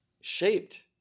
shaped